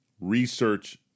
research